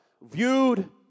viewed